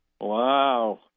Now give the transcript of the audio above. Wow